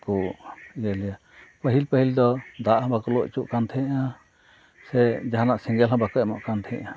ᱵᱟᱠᱚ ᱤᱭᱟᱹ ᱞᱮᱭᱟ ᱯᱟᱹᱦᱤᱞ ᱯᱟᱹᱦᱤᱞ ᱫᱚ ᱫᱟᱜ ᱦᱚᱸ ᱵᱟᱠᱚ ᱞᱩ ᱚᱪᱚᱣᱟᱜ ᱠᱟᱱ ᱛᱟᱦᱮᱱᱟ ᱥᱮ ᱡᱟᱦᱟᱱᱟᱜ ᱥᱮᱸᱜᱮᱞ ᱦᱚᱸ ᱵᱟᱠᱚ ᱮᱢᱚᱜ ᱠᱟᱱ ᱛᱟᱦᱮᱱᱟ